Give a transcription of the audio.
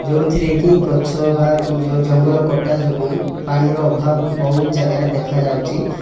ଯେଉଁଥିରେ କି ଗଛ ବା ଯେଉଁ ଜଙ୍ଗଲ କଟା ଯୋଗୁଁ ପାଣିର ଅଭାବ ବହୁତ ଜାଗାରେ ଦେଖାଯାଉଛି